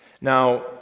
Now